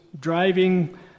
driving